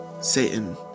Satan